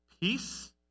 peace